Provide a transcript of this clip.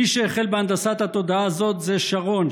מי שהחל בהנדסת התודעה הזאת זה שרון,